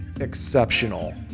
exceptional